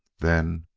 then,